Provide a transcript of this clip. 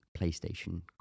PlayStation